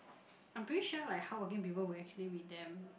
I'm pretty sure like how working people would actually with them